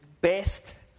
best